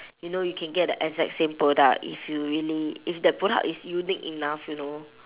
you know you can get the exact same product if you really if that product is unique enough you know